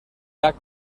llac